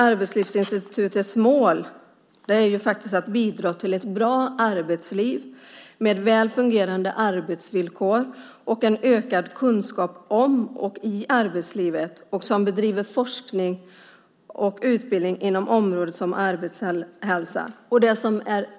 Arbetslivsinstitutets mål är att bidra till ett bra arbetsliv med väl fungerande arbetsvillkor och ökad kunskap om och i arbetslivet. De bedriver forskning och utbildning inom områden som arbetshälsa.